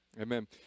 amen